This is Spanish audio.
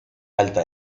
alta